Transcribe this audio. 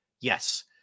Yes